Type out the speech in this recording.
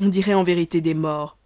on dirait en vérité des morts